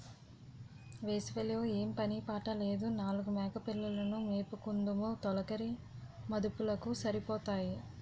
వేసవి లో ఏం పని పాట లేదు నాలుగు మేకపిల్లలు ను మేపుకుందుము తొలకరి మదుపులకు సరిపోతాయి